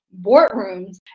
boardrooms